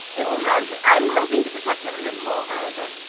yes, it has. i'm hoping to protect him a bit more, however.